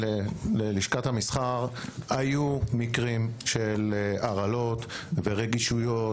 ללשכת המסחר היו מקרים של הרעלות ורגישויות,